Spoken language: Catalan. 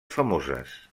famoses